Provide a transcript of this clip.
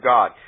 God